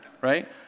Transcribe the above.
right